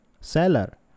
seller